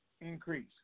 Increase